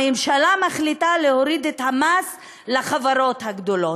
הממשלה מחליטה להוריד את המס לחברות הגדולות,